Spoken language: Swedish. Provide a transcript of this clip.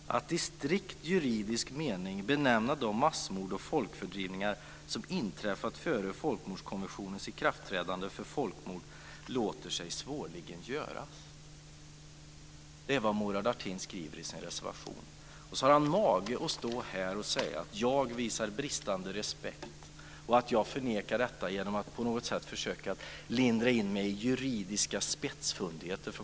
Fru talman! "Att i strikt juridisk mening benämna de massmord och folkfördrivningar som inträffat före folkmordskonventionens ikraftträdande, för folkmord låter sig svårligen göras." Det är vad Murad Artin skriver i sin reservation. Sedan har han mage att säga att jag visar bristande respekt och att jag förnekar det genom att försöka linda in det i juridiska spetsfundigheter.